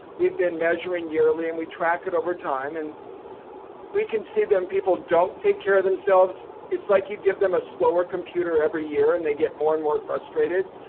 we've been measuring yearly and we track it over time. and we can see them people who don't take care of themselves it's like you give them a slower computer every year and they get more and more frustrated.